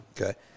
Okay